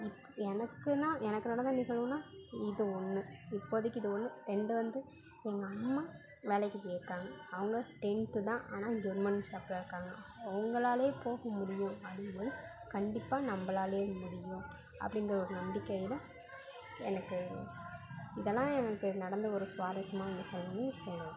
இப் எனக்கு நான் எனக்கு நடந்த நிகழ்வுன்னா இது ஒன்று இப்போதிக்கு இது ஒன்று என்கிட்ட வந்து எங்கள் அம்மா வேலைக்கு போயிருக்காங்க அவங்க டென்த்து தான் ஆனால் ஷாப்பில் இருக்காங்க அவங்களாலயே போக முடியும் அப்படிங்கும்போது கண்டிப்பாக நம்பளாலையும் முடியும் அப்படின்ற ஒரு நம்பிக்கையில் எனக்கு இதெல்லாம் எனக்கு நடந்த ஒரு சுவாரிஸ்யமான நிகழ்வுன்னு சொல்லலாம்